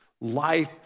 Life